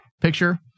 picture